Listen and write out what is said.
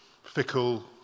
Fickle